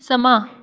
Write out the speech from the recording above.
समां